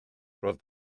roedd